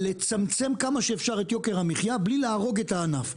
לצמצם כמה שאפשר את יוקר המחיה בלי להרוג את הענף.